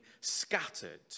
scattered